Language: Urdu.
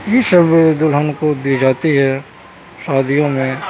یہ سبھی دلہن کو دی جاتی ہے شادیوں میں